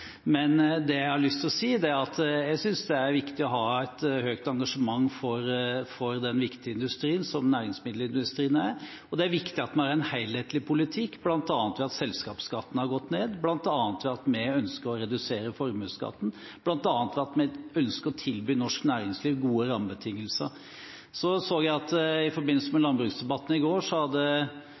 Men det jeg har lyst til å si, er at jeg synes det er viktig å ha et stort engasjement for den viktige industrien som næringsmiddelindustrien er. Det er viktig at vi har en helhetlig politikk, bl.a. ved at selskapsskatten har gått ned, bl.a. ved at vi ønsker å redusere formuesskatten, bl.a. ved at vi ønsker å tilby norsk næringsliv gode rammebetingelser. Jeg så at i forbindelse med landbruksdebatten i går hadde